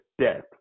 death